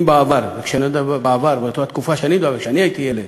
אם בעבר, שלא נדבר בעבר, בתקופה שהייתי ילד,